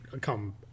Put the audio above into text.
come